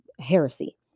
heresy